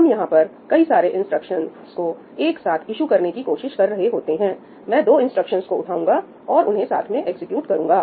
हम यहां पर कई सारे इंस्ट्रक्शंस को एक साथ ईशु करने की कोशिश कर रहे होते हैं मैं दो इंस्ट्रक्शंस को उठाऊंगा और उन्हें साथ में एग्जीक्यूट करूंगा